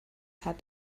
hat